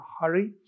hurry